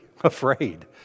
afraid